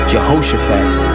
Jehoshaphat